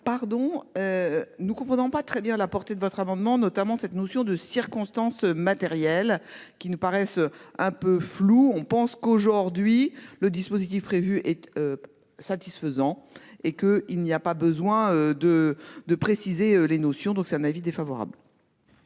pardon. Nous comprenons pas très bien la portée de votre amendement notamment cette notion de circonstances matérielles qui nous paraissent un peu flous on pense qu'aujourd'hui le dispositif prévu est. Satisfaisant et que il n'y a pas besoin de, de préciser les notions. Donc c'est un avis défavorable.